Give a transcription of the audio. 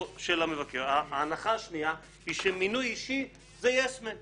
מישהי העירה הערה.